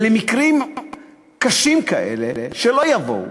למקרים קשים כאלה, שלא יבואו,